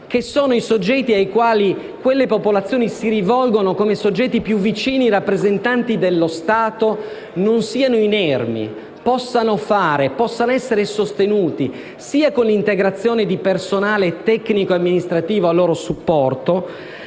che sono i soggetti ai quali le popolazioni si rivolgono, i più vicini rappresentanti dello Stato, non siano inermi e possano agire, possano essere sostenuti sia con l'integrazione di personale tecnico-amministrativo a loro supporto